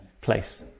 place